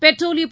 பெட்ரோலியப்